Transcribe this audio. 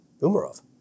Umarov